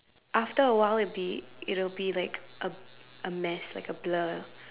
after a while it'll be it will be like a a mess like a blur